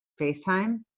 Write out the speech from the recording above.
FaceTime